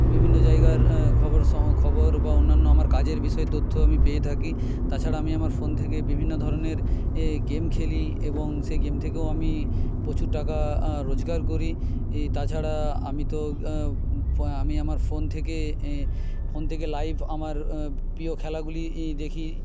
বিভিন্ন জায়গার খবর খবর বা অন্যান্য আমার কাজের বিষয় তথ্য আমি পেয়ে থাকি তাছাড়া আমি আমার ফোন থেকে বিভিন্ন ধরণের গেম খেলি এবং সেই গেম থেকেও আমি প্রচুর টাকা রোজগার করি তাছাড়া আমি তো আমি আমার ফোন থেকে ফোন থেকে লাইভ আমার প্রিয় খেলাগুলি দেখি